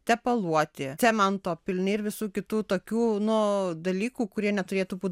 tepaluoti cemento pilni ir visų kitų tokių nu dalykų kurie neturėtų būt